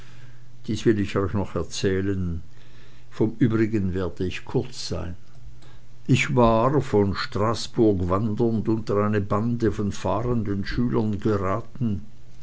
dies will ich euch noch erzählen vom übrigen werde ich kurz sein ich war gen straßburg wandernd unter eine bande von fahrenden schülern geraten